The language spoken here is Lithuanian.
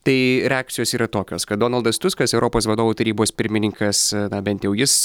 tai reakcijos yra tokios kad donaldas tuskas europos vadovų tarybos pirmininkas na bent jau jis